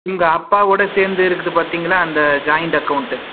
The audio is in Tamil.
உங்கள் அப்பாவோடு சேர்ந்து இருக்குது பார்த்தீங்களா அந்த ஜாயிண்ட் அக்கௌண்ட்டு